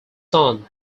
son